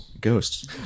ghosts